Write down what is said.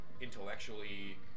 intellectually